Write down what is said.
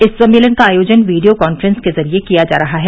इस सम्मेलन का आयोजन वीडियो कॉन्फ्रेन्स के जरिए किया जा रहा है